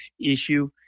issue